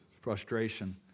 frustration